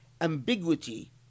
ambiguity